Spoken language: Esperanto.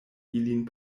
ilin